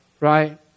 Right